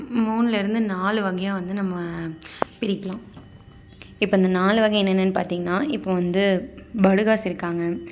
மூணுலேருந்து நாலு வகையாக வந்து நம்ம பிரிக்கலாம் இப்போ இந்த நாலு வகை என்னென்னன்னு பார்த்தீங்கனா இப்போ வந்து படுகாஸ் இருக்காங்க